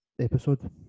episode